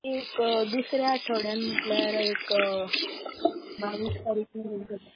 एक दुसऱ्या आठोड्यांत म्हणल्यार एक बावीस तारीख